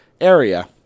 area